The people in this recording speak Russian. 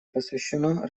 посвящена